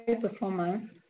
performance